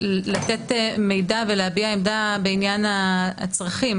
לתת מידע ולהביע עמדה בעניין הצרכים